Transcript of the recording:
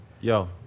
Yo